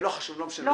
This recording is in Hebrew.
את